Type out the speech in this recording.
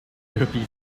therapy